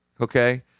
okay